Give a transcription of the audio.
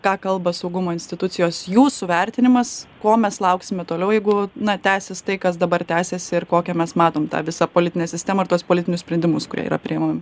ką kalba saugumo institucijos jūsų vertinimas ko mes lauksime toliau jeigu na tęsis tai kas dabar tęsiasi ir kokią mes matom tą visą politinę sistemą ir tuos politinius sprendimus kurie yra priemami